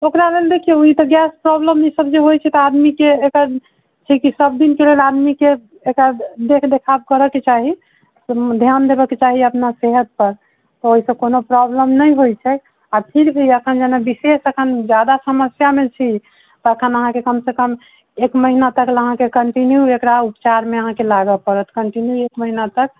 ओकरा लेल देखियौ ई तऽ गैस प्रॉब्लेम ई सभ जे होइ छै तऽ आदमी के एकर छै कि सभ दिन के लेल आदमी के एकर देख देखाब करऽ के चाही ध्यान देबाक चाही अपना सेहत पर ओहिसँ कोनो प्रॉब्लेम नहि होइ छै आ फिर भी अखन जेना बिशेष अखन जादा समस्यामे छी तऽ अखन अहाँके कमसँ कम एक महिना तक लए अहाँके कन्टिन्यू एकरा उपचार मे अहाँके लागऽ पड़त कन्टिन्यू एक महिना तक